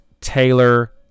Taylor